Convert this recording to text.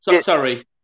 sorry